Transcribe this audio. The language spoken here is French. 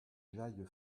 j’aille